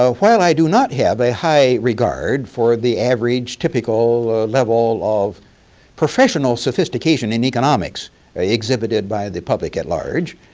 so while i do not have a high regard for the average, typical level of professional sophistication in economics exhibited by the public at large.